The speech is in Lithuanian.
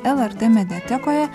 lrt mediatekoje